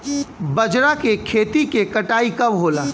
बजरा के खेती के कटाई कब होला?